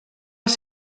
els